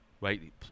right